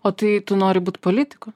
o tai tu nori būt politiku